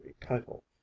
title